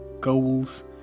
goals